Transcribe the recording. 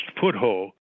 foothold